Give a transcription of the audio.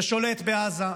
ששולט בעזה,